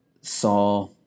saw